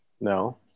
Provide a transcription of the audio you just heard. No